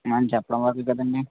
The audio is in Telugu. చెప్పడం వరకు కదండి